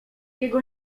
jego